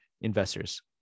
investors